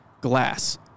glass